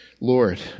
Lord